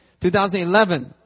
2011